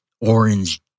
orange